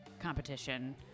competition